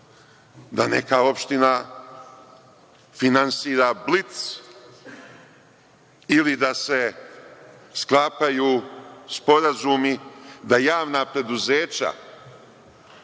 da neka opština finansira „Blic“ ili da se sklapaju sporazumi, da javna preduzeća